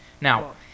now